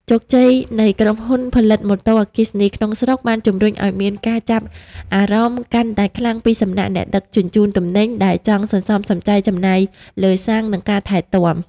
ជោគជ័យនៃក្រុមហ៊ុនផលិតម៉ូតូអគ្គិសនីក្នុងស្រុក បានជម្រុញឱ្យមានការចាប់អារម្មណ៍កាន់តែខ្លាំងពីសំណាក់អ្នកដឹកជញ្ជូនទំនិញ ដែលចង់សន្សំសំចៃចំណាយលើសាំង និងការថែទាំ។